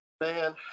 man